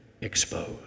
exposed